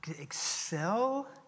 excel